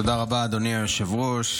תודה רבה, אדוני היושב-ראש.